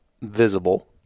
visible